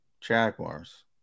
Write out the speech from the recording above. Jaguars